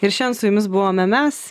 ir šiandien su jumis buvome mes